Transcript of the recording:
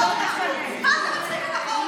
מה זה מצחיק אותך?